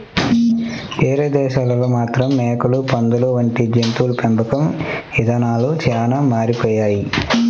వేరే దేశాల్లో మాత్రం మేకలు, పందులు వంటి జంతువుల పెంపకం ఇదానాలు చానా మారిపోయాయి